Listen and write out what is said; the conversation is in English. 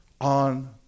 on